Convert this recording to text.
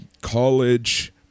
college